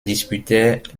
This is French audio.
disputaient